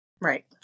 Right